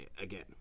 again